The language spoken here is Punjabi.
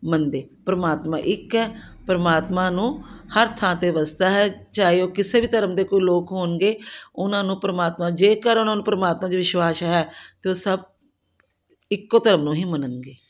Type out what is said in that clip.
ਮੰਦੇ ਪਰਮਾਤਮਾ ਇੱਕ ਹੈ ਪਰਮਾਤਮਾ ਨੂੰ ਹਰ ਥਾਂ 'ਤੇ ਵਸਦਾ ਹੈ ਚਾਹੇ ਉਹ ਕਿਸੇ ਵੀ ਧਰਮ ਦੇ ਕੋਈ ਲੋਕ ਹੋਣਗੇ ਉਹਨਾਂ ਨੂੰ ਪਰਮਾਤਮਾ ਜੇਕਰ ਉਹਨਾਂ ਨੂੰ ਪਰਮਾਤਮਾ 'ਤੇ ਵਿਸ਼ਵਾਸ ਹੈ ਤਾਂ ਉਹ ਸਭ ਇੱਕੋ ਧਰਮ ਨੂੰ ਹੀ ਮੰਨਣਗੇ